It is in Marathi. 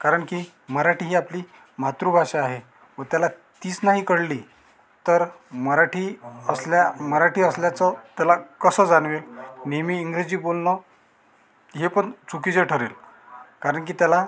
कारण की मराठी ही आपली मातृभाषा आहे व त्याला तीच नाही कळली तर मराठी असल्या मराठी असल्याचं त्याला कसं जाणवेल नेहमी इंग्रजी बोलणं हे पण चुकीचे ठरेल कारण की त्याला